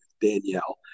Danielle